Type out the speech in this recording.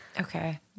Okay